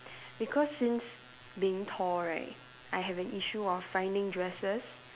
because since being tall right I have an issue of finding dresses